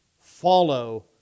Follow